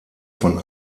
von